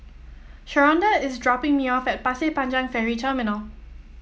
Sharonda is dropping me off at Pasir Panjang Ferry Terminal